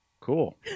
cool